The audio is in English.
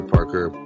Parker